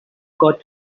got